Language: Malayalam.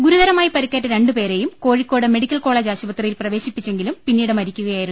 ഗുരുതരമായി പരിക്കേറ്റ രണ്ടുപേരെയും കോഴിക്കോട് മെഡിക്കൽ കോളജ് ആശുപത്രിയിൽ പ്രവേശിപ്പിച്ചെങ്കിലും പിന്നീട് മരിക്കുകയായിരുന്നു